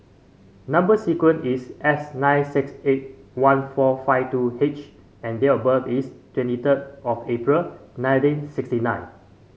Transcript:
number sequence is S nine six eight one four five two H and date of birth is twenty third of April nineteen sixty nine